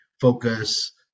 focus